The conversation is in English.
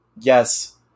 yes